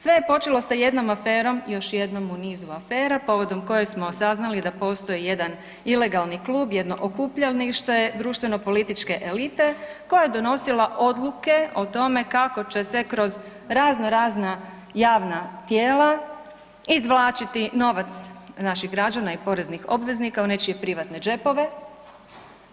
Sve je počelo sa jednom aferom, još jednom u nizu afera povodom koje smo saznali da postoji jedan ilegalan klub, jedno okupljalište društveno političke elite koja je donosila odluke o tome kako će se kroz razno razna javna tijela izvlačiti novac naših građana i poreznih obveznika u nečije privatne džepove,